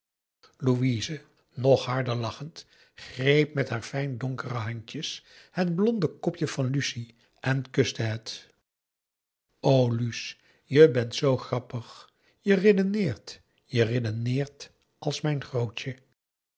louise nog harder lachend greep met haar fijne donkere handjes het blonde kopje van lucie en kuste het o luus je bent zoo grappig je redeneert je redeneert als mijn grootje